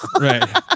right